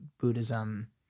buddhism